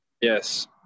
Yes